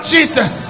Jesus